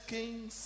Kings